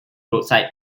roadside